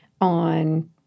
on